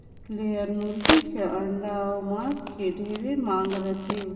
layer मुरगी के अंडा अउ मांस के ढेरे मांग रहथे